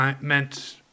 meant